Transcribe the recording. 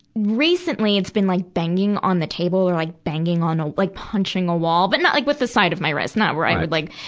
recently, it's been like banging on the table or like banging on a, like punching a wall. but not like, with the side of my wrist. not right, with like,